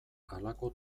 halako